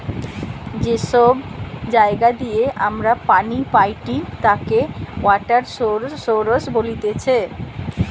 যে সব জায়গা দিয়ে আমরা পানি পাইটি তাকে ওয়াটার সৌরস বলতিছে